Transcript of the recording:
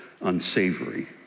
unsavory